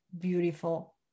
beautiful